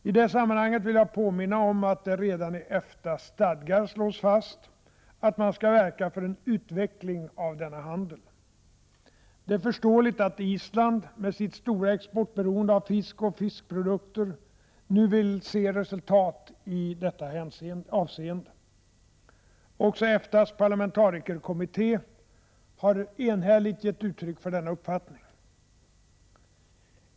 I det sammanhanget vill jag påminna om att det redan i EFTAS:s stadgar slås fast att man skall verka för en utveckling av denna handel. Det är föreståeligt att Island, med sitt stora exportberoende av fisk och fiskprodukter, nu vill se resultat i detta avseende. Också EFTA:s parlamentarikerkommitté har enhälligt gett uttryck för denna uppfattning.